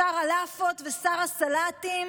שר הלאפות ושר הסלטים